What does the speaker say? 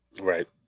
Right